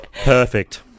Perfect